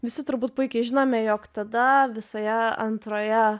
visi turbūt puikiai žinome jog tada visoje antroje